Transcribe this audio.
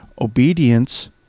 Obedience